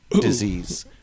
Disease